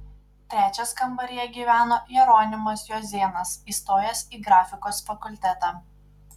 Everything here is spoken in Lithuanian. trečias kambaryje gyveno jeronimas juozėnas įstojęs į grafikos fakultetą